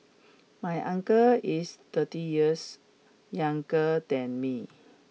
my uncle is thirty years younger than me